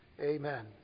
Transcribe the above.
amen